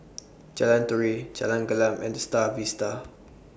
Jalan Turi Jalan Gelam and The STAR Vista